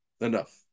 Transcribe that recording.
Enough